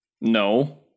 No